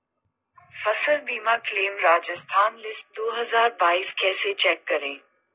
फसल बीमा claim Rajasthan list दो हज़ार बाईस कैसे चेक करें?